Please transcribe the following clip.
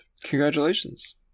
congratulations